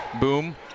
Boom